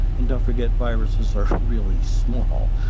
and don't forget, viruses are really small.